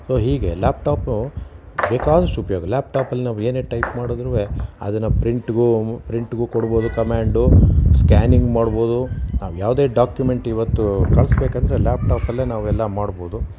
so ಹೀಗೆ laptop ಬೇಕಾದಷ್ಟು ಉಪಯೋಗ ಲ್ಯಾಪ್ ಟಾಪಲ್ಲಿ ನಾವು ಏನೇ ಟೈಪ್ ಮಾಡಿದ್ರೂ ಅದನ್ನು ಪ್ರಿಂಟ್ಗೂ ಪ್ರಿಂಟ್ಗೂ ಕೊಡ್ಬೋದು ಕಮ್ಯಾಂಡು ಸ್ಕ್ಯಾನಿಂಗ್ ಮಾಡ್ಬೋದು ನಾವು ಯಾವುದೇ ಡಾಕ್ಯುಮೆಂಟ್ ಇವತ್ತು ಕಳಿಸ್ಬೇಕೆಂದರೆ ಲ್ಯಾಪ್ ಟಾಪಲ್ಲೇ ನಾವು ಎಲ್ಲ ಮಾಡ್ಬೋದು